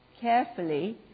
carefully